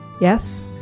Yes